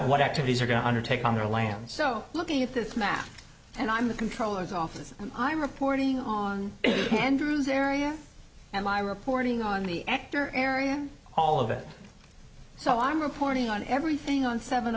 what activities are going to undertake on their land so looking at this map and i'm the controllers office i'm reporting on andrew's area and my reporting on the ector area all of it so i'm reporting on everything on seven